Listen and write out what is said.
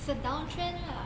it's a down trend lah